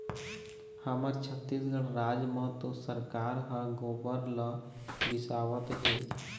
हमर छत्तीसगढ़ राज म तो सरकार ह गोबर ल बिसावत हे